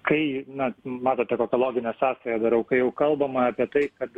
kai na matote kokią loginę sąsają darau kai jau kalbama apie tai kad